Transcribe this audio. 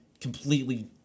completely